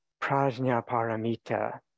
Prajnaparamita